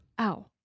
ow